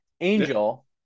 Angel